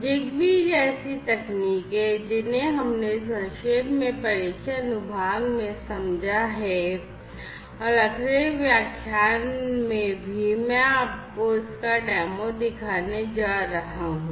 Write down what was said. ZigBee जैसी तकनीकें जिन्हें हमने संक्षेप में परिचय अनुभाग में समझा है और अगले व्याख्यान में भी मैं आपको इसका डेमो दिखाने जा रहा हूं